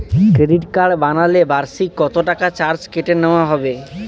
Credit card বানালে বার্ষিক কত টাকা চার্জ কেটে নেওয়া হবে?